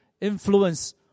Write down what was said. influence